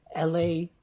LA